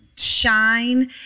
shine